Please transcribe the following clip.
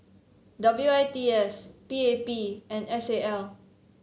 W I T S P A P and S A L